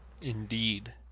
Indeed